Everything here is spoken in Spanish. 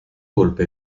golpe